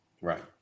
Right